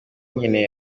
nkeneye